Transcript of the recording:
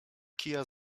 kija